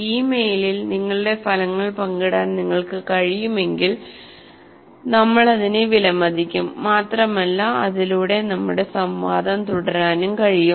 ഈ മെയിലിൽ നിങ്ങളുടെ ഫലങ്ങൾ പങ്കിടാൻ നിങ്ങൾക്ക് കഴിയുമെങ്കിൽ നമ്മൾ അതിനെ വിലമതിക്കും മാത്രമല്ല അതിലൂടെ നമ്മുടെ സംവാദം തുടരാനും കഴിയും